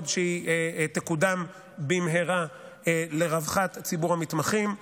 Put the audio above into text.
שהיא תקודם במהרה לרווחת ציבור המתמחים,